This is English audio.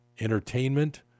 entertainment